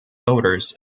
voters